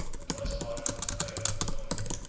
and twice pardoned, by the ottoman monarch.